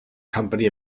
company